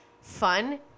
fun